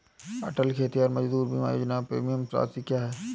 अटल खेतिहर मजदूर बीमा योजना की प्रीमियम राशि क्या है?